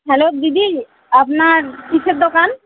hello দিদি আপনার কীসের দোকান